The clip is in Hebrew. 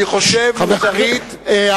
אני חושב מוסרית.